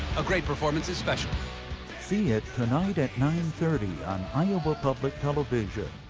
a great performance special see it tonight at nine thirty on iowa public television